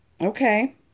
okay